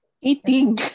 Eating